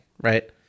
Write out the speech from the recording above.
right